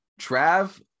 trav